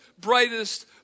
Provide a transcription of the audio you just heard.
brightest